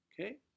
Okay